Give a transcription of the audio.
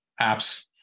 apps